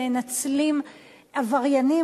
עבריינים,